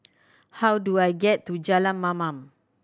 how do I get to Jalan Mamam